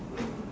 mm mm